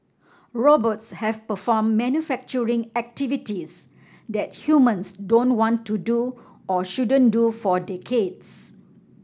robots have performed manufacturing activities that humans don't want to do or shouldn't do for decades